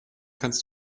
kannst